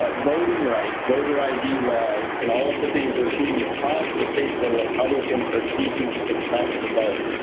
ah voting rights, voter i. d. laws, and all of the things we're seeing across the states where republicans are seeking to suppress the vote,